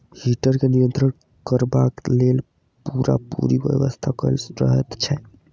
heater के नियंत्रण करबाक लेल पूरापूरी व्यवस्था कयल रहैत छै